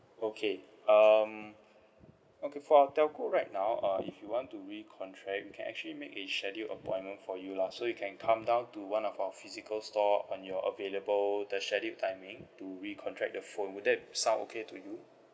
okay um okay for our telco right now uh if you want to recontract we can actually make a scheduled appointment for you lah so you can come down to one of our physical store on your available the scheduled timing to recontract the phone would that sound okay to you